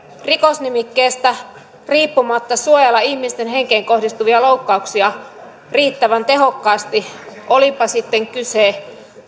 rikosnimikkeestä riippumatta suojella ihmisten henkeen kohdistuvia loukkauksia riittävän tehokkaasti olipa sitten kyse